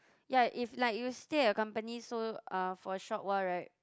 ya if like you stay at your company so uh for a short while right